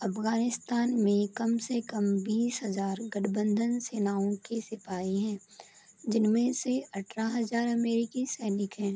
अफगानिस्तान में कम से कम बीस हजार गठबंधन सेनाओं के सिपाही हैं जिनमें से अठारह हजार अमेरिकी सैनिक हैं